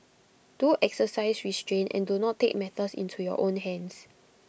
do exercise restraint and do not take matters into your own hands